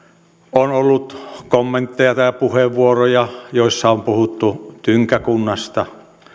on ollut kommentteja tai puheenvuoroja joissa on puhuttu tynkäkunnasta